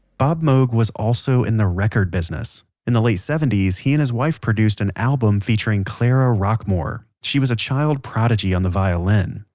bob moog was also in the record business. in the late seventy s he and his wife produced, an album featuring clara rockmore. she was a child prodigy on the violin.